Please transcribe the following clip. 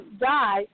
die